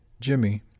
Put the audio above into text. Jimmy